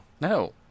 No